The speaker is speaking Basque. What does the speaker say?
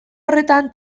horretan